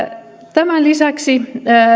tämän lisäksi